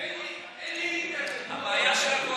אין לי אינטרנט, נא לסכם.